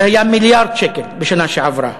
זה היה מיליארד שקל בשנה שעברה,